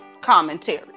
commentary